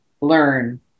learn